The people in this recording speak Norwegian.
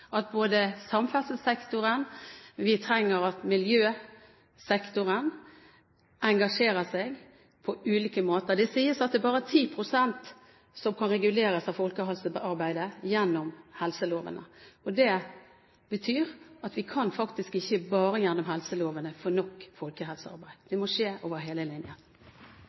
at både samferdselssektoren og miljøsektoren engasjerer seg på ulike måter. Det sies at det bare er 10 pst. som kan reguleres av folkehelsearbeidet gjennom helselovene. Det betyr at vi kan faktisk ikke bare gjennom helselovene få nok folkehelsearbeid. Det må skje over hele